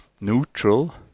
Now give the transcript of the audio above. neutral